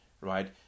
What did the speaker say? right